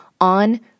on